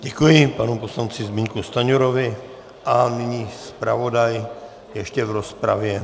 Děkuji panu poslanci Zbyňku Stanjurovi a nyní zpravodaj ještě v rozpravě.